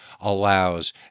allows